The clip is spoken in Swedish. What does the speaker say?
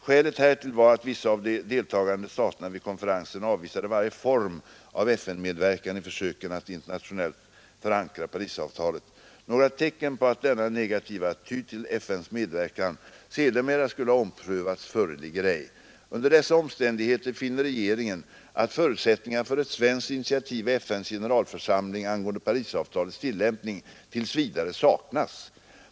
Skälet härtill var att vissa av de deltagande staterna vid konferensen avvisade varje form av FN-medverkan i försöken att internationellt förankra Parisavtalet. Några tecken på att denna negativa attityd till FN:s medverkan sedermera skulle ha omprövats föreligger ej. Under dessa omständigheter finner regeringen att förutsättningar för ett svenskt initiativ i FNs generalförsamling angående Parisavtalets tillämpning tills vidare saknas.